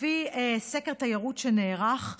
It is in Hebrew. לפי סקר תיירות שנערך,